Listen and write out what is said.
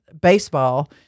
baseball